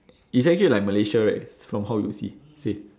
it's actually like malaysia right from how you see say